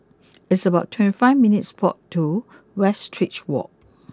it's about twenty five minutes' walk to Westridge walk